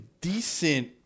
decent